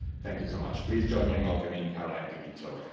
thank you so much. please join me in welcoming caroline de guitaut.